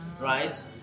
right